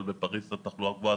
אבל בפריס התחלואה גבוהה,